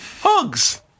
Hugs